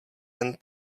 jen